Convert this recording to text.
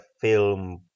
film